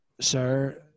sir